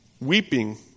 weeping